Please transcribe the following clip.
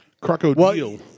Crocodile